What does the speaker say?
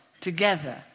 together